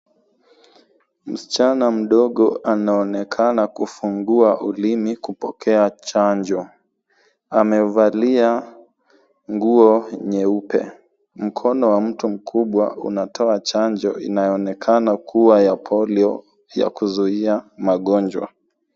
Msichana mdogo anaonekana kufungua ulimi kupokea chanjo. Amevalia nguo nyeupe. Mkono wa mtu mkubwa unatoa chanjo inayoonekana kuwa ya polio, ya kuzuia magonjwa.